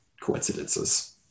coincidences